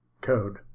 Code